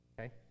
Okay